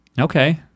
Okay